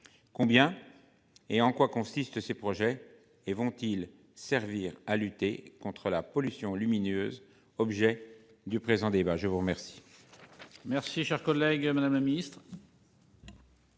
Combien. Et en quoi consistent ces projets et vont-ils servir à lutter contre la pollution lumineuse. Objet du présent débat je vous remercie.